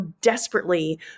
desperately